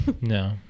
No